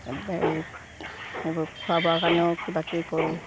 বাৰিত এইবোৰ খোৱা বোৱাৰ কাৰণেও কিবাকিবি কৰো